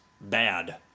bad